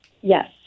Yes